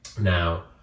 Now